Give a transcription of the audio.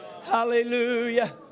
hallelujah